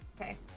Okay